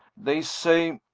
they say,